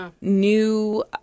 new